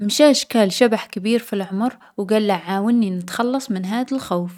مشا شكى لشبح كبير في العمر و قاله عاوني نتخلص من هاذ الخوف.